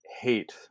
hate